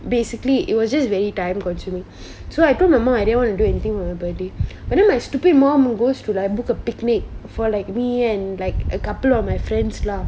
basically it was just very time consuming so I told my mum I didn't want to do anything with anybody but then my stupid mom goes to like book a picnic for like me and like a couple of my friends lah